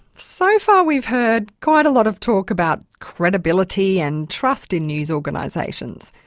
so far we've heard quite a lot of talk about credibility and trust in news organisations.